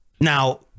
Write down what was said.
now